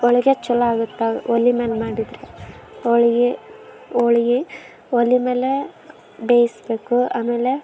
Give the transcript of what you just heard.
ಹೋಳ್ಗೆ ಚೊಲೋ ಆಗುತ್ತೆ ಹಾಗ್ ಒಲೆಮೇಲ್ ಮಾಡಿದ್ರೆ ಹೋಳ್ಗಿ ಹೋಳ್ಗಿ ಒಲೆಮೇಲೇ ಬೇಯಿಸ್ಬೇಕು ಆಮೇಲೆ